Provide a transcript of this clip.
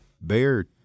bear